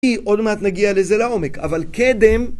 עוד מעט נגיע לזה לעומק, אבל קדם.